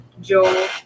Joel